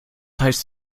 heißt